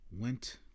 went